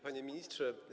Panie Ministrze!